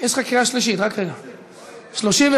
1 נתקבל.